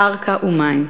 קרקע ומים.